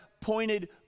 pointed